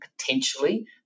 potentially